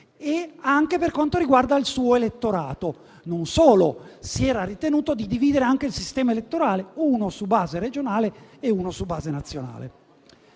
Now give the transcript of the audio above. - anche dal punto di vista dell'elettorato. Non solo: si è ritenuto di differenziare anche il sistema elettorale, uno su base regionale e uno su base nazionale.